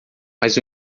mas